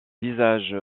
visage